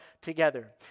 together